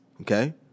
okay